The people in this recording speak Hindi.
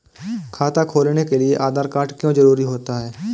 खाता खोलने के लिए आधार कार्ड क्यो जरूरी होता है?